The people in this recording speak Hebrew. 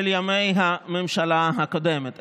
של ימי הממשלה הקודמת,